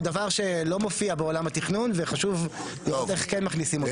הוא דבר שלא מופיע בעולם התכנון וחשוב לראות איך כן מכניסים אותו.